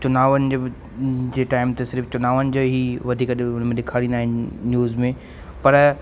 चुनावनि जे जे टाइम ते सिर्फ़ु चुनावनि जो ई वधीक उन में ॾेखारींदा आहिनि न्यूज़ में पर